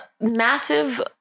massive